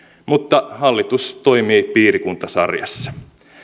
mutta hallitus toimii piirikuntasarjassa